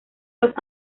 los